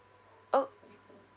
oh